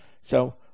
So-